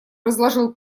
разложил